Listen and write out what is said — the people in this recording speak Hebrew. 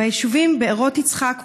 ביישובים בארות יצחק ומזור,